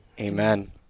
amen